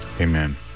Amen